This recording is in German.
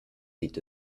sieht